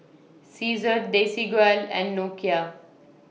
Cesar Desigual and Nokia